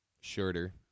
Shorter